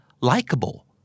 likable